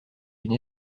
une